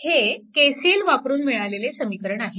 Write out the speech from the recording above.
हे KCL वापरून मिळालेले समीकरण आहे